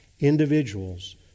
Individuals